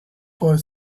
for